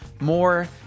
more